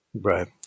Right